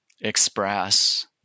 express